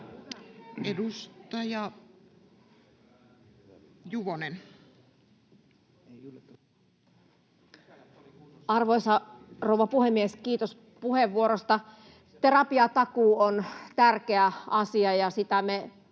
10:41 Content: Arvoisa rouva puhemies! Kiitos puheenvuorosta. Terapiatakuu on tärkeä asia, ja sitä me